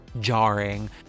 jarring